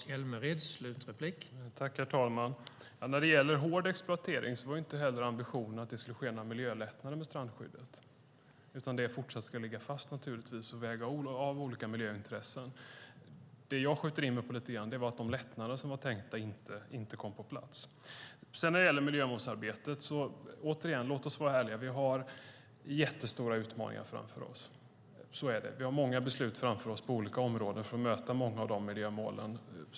Herr talman! I frågan om hård exploatering var inte ambitionen att det skulle ske några lättnader i strandskyddet. Skyddet ska naturligtvis fortsätta att ligga fast, och olika miljöintressen ska vägas av. Jag skjuter in mig lite grann på att tänkta lättnader inte kom på plats. Sedan var det frågan om miljömålsarbetet. Låt oss vara ärliga. Vi har stora utmaningar framför oss. Vi har många beslut att fatta framför oss på olika områden för att uppfylla många av miljömålen.